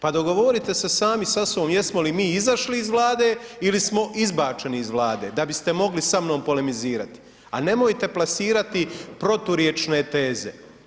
Pa dogovorite se sami sa sobom jesmo li mi izašli iz Vlade ili smo izbačeni iz Vlade da biste mogli sa mnom polemizirati, a nemojte plasirati proturječne teze.